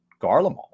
Garlemald